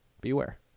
Beware